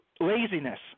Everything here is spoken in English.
laziness